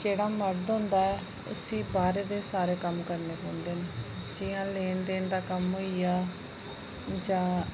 जेह्ड़ा मर्द होंदा ऐ उसी बाहरै दे सारे कम्म करने 'पौंदे न जि'यां लेन देन दा कम्म होइया जां